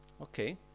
okay